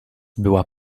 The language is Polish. była